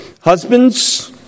Husbands